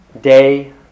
day